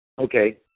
okay